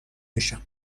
بشم